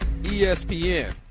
ESPN